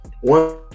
one